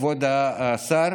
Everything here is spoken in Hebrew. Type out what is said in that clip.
כבוד השר,